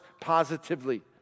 positively